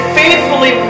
faithfully